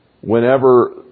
Whenever